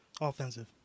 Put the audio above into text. Offensive